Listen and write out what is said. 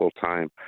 time